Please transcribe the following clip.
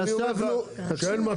תן לי